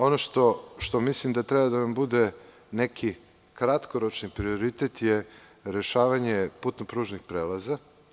Ono što mislim da treba da nam bude neki kratkoročni prioritet je rešavanje putno-pružnih prelaza.